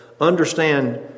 understand